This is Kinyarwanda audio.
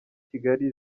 kigali